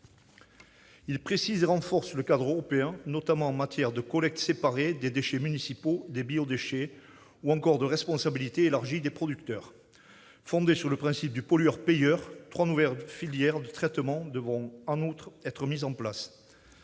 Il précise et renforce le cadre européen, notamment en matière de collecte séparée des déchets municipaux et des biodéchets, ou encore de responsabilité élargie des producteurs. Fondées sur le principe du pollueur-payeur, trois nouvelles filières de traitement devront en outre être mises en place.